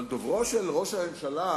אבל דוברו של ראש הממשלה,